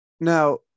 Now